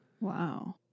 Wow